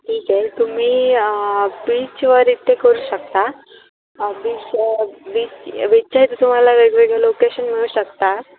ठीक आहे तुम्ही बीचवर इथे करू शकता बीच बीच बीचच्या इथे तुम्हाला वेगवेगळे लोकेशन मिळू शकता